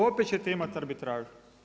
Opet ćete imati arbitražu.